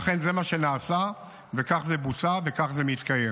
ואכן זה מה שנעשה, וכך זה בוצע וכך זה מתקיים.